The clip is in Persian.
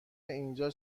اینجا